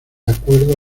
acuerdo